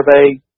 Survey